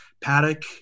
paddock